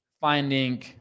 finding